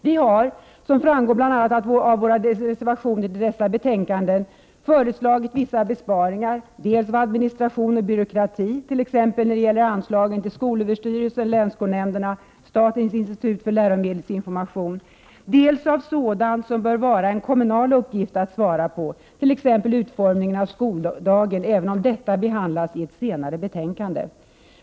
Vi har — såsom framgår bl.a. av våra reservationer till dessa betänkanden — föreslagit vissa besparingar dels av administration och byråkrati, t.ex. när det gäller anslagen till skolöverstyrelsen, länsskolnämnderna och statens institut för läromedelsinformation, dels av sådant som bör vara en kommunal uppgift att svara för, t.ex. utformningen av skoldagen, även om detta behandlas i ett senare betänkande.